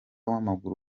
w’amaguru